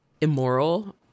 immoral